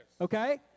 okay